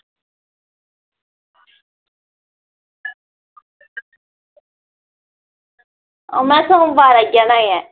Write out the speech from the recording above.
आं में सोमवार आई जाना ऐ